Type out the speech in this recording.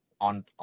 on